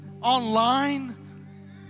online